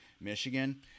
Michigan